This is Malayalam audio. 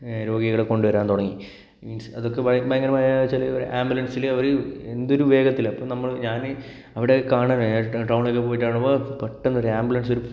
രോഗികളെ കൊണ്ടുവരാൻ തുടങ്ങി മീൻസ് അതൊക്കെ ഭയ ഭയങ്കരമായ വെച്ചാല് ഒരു ആംബുലൻസില് അവര് എന്തൊരു വേഗത്തില് അപ്പോൾ നമ്മൾ ഞാന് അവിടെ കാണാൻ ആ അവിടെ ടൗണിൽ പോയിട്ട് പെട്ടെന്നൊരു ആംബുലൻസ്